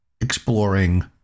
exploring